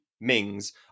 Mings